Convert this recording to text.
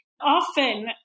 often